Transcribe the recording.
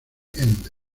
end